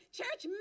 church